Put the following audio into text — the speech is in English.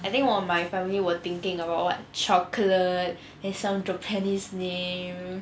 I think one of my family were thinking about what chocolate and some japanese name